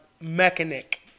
mechanic